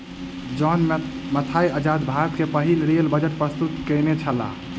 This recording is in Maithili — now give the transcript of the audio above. जॉन मथाई आजाद भारत के पहिल रेल बजट प्रस्तुत केनई छला